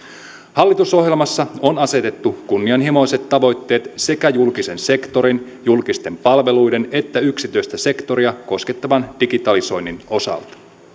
hallitusohjelmassa on asetettu kunnianhimoiset tavoitteet sekä julkisen sektorin julkisten palveluiden että yksityistä sektoria koskettavan digitalisoinnin osalta